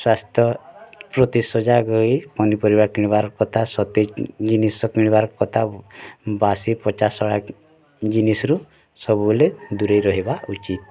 ସ୍ୱାସ୍ଥ ପ୍ରତି ସଜାଗ ହୋଇ ପନିପରିବା କିଣିବାର କଥା ତା ସତେଜ ଜିନିଷ କିଣିବାର କଥା ବାସି ପଚା ସଢ଼ା ଜିନିଷରୁ ସବୁବେଳେ ଦୂରେଇ ରହିବା ଉଚିତ୍